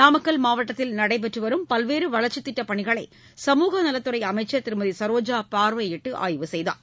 நாமக்கல் மாவட்டத்தில் நடைபெற்று வரும் பல்வேறு வளர்ச்சித் திட்டப்பணிகளை சமூகநலத்துறை அமைச்சர் திருமதி சரோஜா பார்வையிட்டு ஆய்வு செய்தார்